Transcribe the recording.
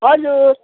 हजुर